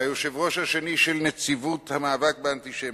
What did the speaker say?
והיושב-ראש השני של נציבות המאבק באנטישמיות,